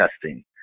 testing